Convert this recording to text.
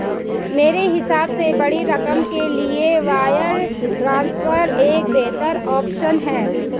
मेरे हिसाब से बड़ी रकम के लिए वायर ट्रांसफर एक बेहतर ऑप्शन है